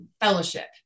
fellowship